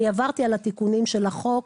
עברתי על תיקוני החוק.